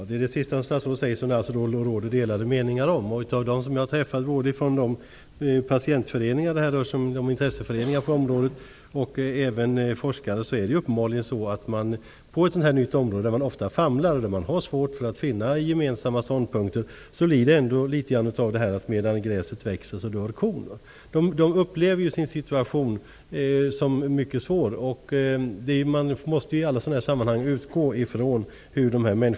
Herr talman! Det statsrådet sade sist råder det delade meningar om. Representanter för patientoch intresseföreningar och forskare som jag har träffat menar att man ofta famlar och har svårt att finna gemensamma ståndpunkter på ett nytt område som detta -- medan gräset växer dör kon. De drabbade upplever sin situation som mycket svår, och man måste i alla sådana sammanhang utgå ifrån hur de upplever det.